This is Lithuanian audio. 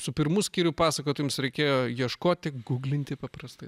su pirmu skyriu pasakojot jums reikėjo ieškoti guglinti paprastai